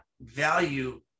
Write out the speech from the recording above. value